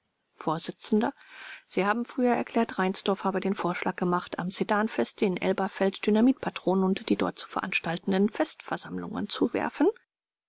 vors sie haben früher erklärt reinsdorf habe den vorschlag gemacht am sedanfeste in elberfeld dynamitpatronen unter die dort zu veranstaltenden festversammlungen zu werfen